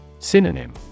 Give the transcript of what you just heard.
Synonym